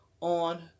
on